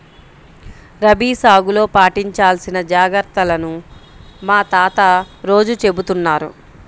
రబీ సాగులో పాటించాల్సిన జాగర్తలను మా తాత రోజూ చెబుతున్నారు